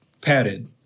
padded